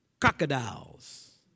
Crocodiles